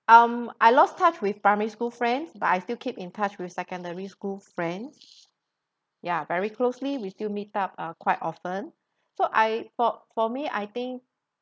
um I lost touch with primary school friends but I still keep in touch with secondary school friends ya very closely we still meet up uh quite often so I for for me I think